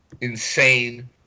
insane